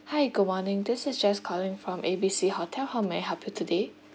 hi good morning this is jess calling from A B C hotel how may I help you today